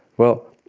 well,